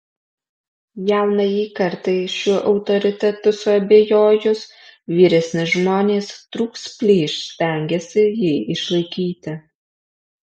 jaunajai kartai šiuo autoritetu suabejojus vyresni žmonės trūks plyš stengiasi jį išlaikyti